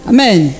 Amen